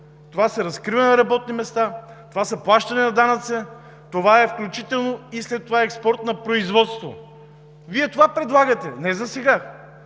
Това е разкриване на работни места. Това са плащания на данъци, включително след това и експорт на производство. Вие това предлагате – не за сега,